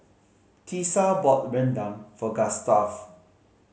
Tisa bought rendang for Gustaf